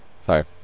Sorry